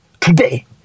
today